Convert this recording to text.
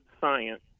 science